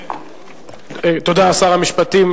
תודה, שר המשפטים.